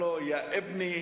אופוזיציה-קואליציה,